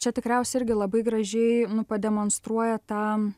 čia tikriausiai irgi labai gražiai nu pademonstruoja tą